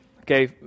okay